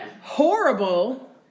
horrible